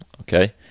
Okay